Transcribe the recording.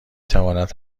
تواند